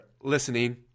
listening